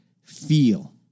feel